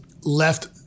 left